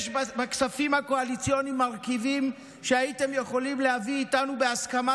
יש בכספים הקואליציוניים מרכיבים שהייתם יכולים להביא איתנו בהסכמה,